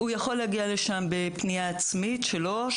הוא יכול להגיע לשם בפנייה עצמית שלו,